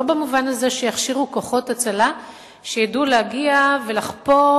לא במובן הזה שיכשירו כוחות הצלה שידעו להגיע ולחפור